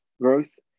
growth